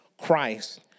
Christ